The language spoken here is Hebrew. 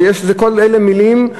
כל אלה מילים,